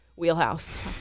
Wheelhouse